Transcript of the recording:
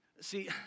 See